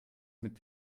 mit